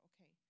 okay